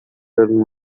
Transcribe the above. turn